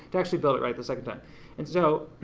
to actually build it right the second time and so,